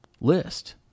list